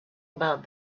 about